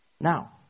Now